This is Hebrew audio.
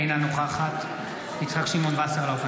אינה נוכחת יצחק שמעון וסרלאוף,